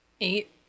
Eight